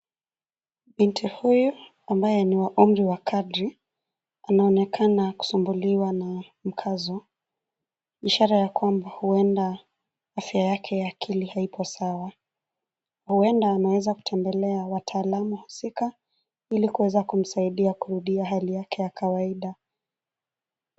Binti huyu, ambaye ni wa umri wa kadri, anaonekana kusumbuliwa na mkazo, ishara ya kwamba huenda, afya yake ya akili haipo sawa. Huenda anaweza kutembelea wataalamu husika, ilikuweza kumsaidia kurudia hali yake ya kawaida.